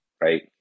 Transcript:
right